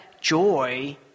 joy